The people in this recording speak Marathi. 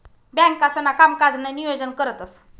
बँकांसणा कामकाजनं नियोजन करतंस